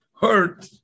hurt